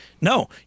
No